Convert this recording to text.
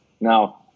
Now